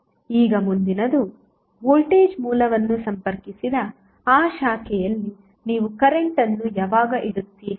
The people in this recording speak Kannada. ಈಗ ಮುಂದಿನದು ವೋಲ್ಟೇಜ್ ಮೂಲವನ್ನು ಸಂಪರ್ಕಿಸಿದ ಆ ಶಾಖೆಯಲ್ಲಿ ನೀವು ಕರೆಂಟ್ ಅನ್ನು ಯಾವಾಗ ಇಡುತ್ತೀರಿ